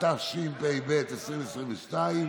התשפ"ב 2022,